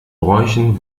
bräuchen